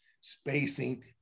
spacing